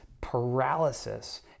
paralysis